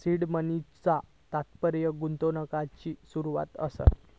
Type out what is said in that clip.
seed मनीचा तात्पर्य गुंतवणुकिची सुरवात असा